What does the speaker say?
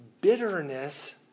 bitterness